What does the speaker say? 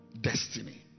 destiny